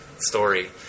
story